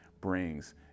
brings